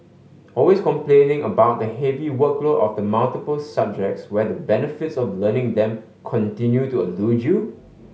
always complaining about the heavy workload of the multiple subjects where the benefits of learning them continue to elude you